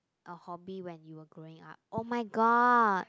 a hobby when you were growing up oh-my-god